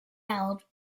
held